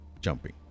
jumping